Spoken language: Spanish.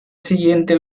siguiente